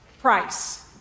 price